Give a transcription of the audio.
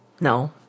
No